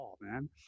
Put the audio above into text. man